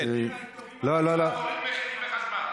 אם תוריד מחירים בחשמל.